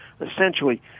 essentially